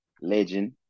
Legend